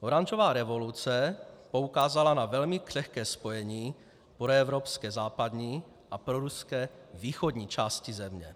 Oranžová revoluce poukázala na velmi křehké spojení proevropské západní a proruské východní části země.